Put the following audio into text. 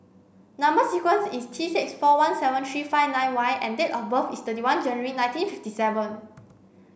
number sequence is T six four one seven three five nine Y and date of birth is thirty one January nineteen fifty seven